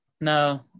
No